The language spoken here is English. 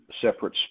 separate